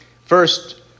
First